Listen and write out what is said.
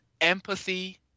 empathy